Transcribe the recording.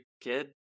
kid